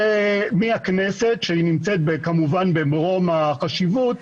מהכנסת, שכמובן נמצאת במרום החשיבות,